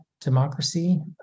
democracy